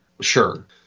Sure